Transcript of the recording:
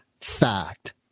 fact